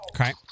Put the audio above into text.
Okay